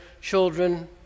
children